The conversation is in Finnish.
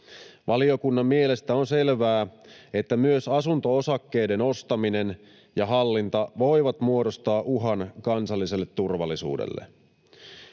Valiokunnan mielestä on selvää, että myös asunto-osakkeiden ostaminen ja hallinta voivat muodostaa uhan kansalliselle turvallisuudelle.